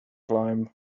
climb